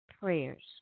prayers